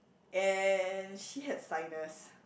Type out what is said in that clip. and she had sinus